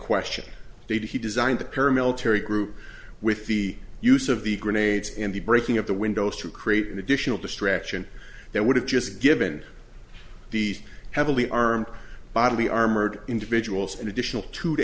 question they did he designed the paramilitary group with the use of the grenades and the breaking of the windows to create an additional distraction that would have just given the heavily armed bodily armored individuals an additional two to